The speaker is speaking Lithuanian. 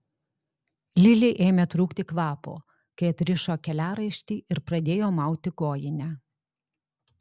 lilei ėmė trūkti kvapo kai atrišo keliaraištį ir pradėjo mauti kojinę